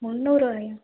முன்னூறுரூவாயா